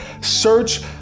Search